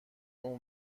اون